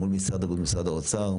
מול משרד הבריאות ומשרד האוצר,